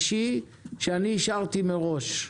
אישי שאני אאשר מראש.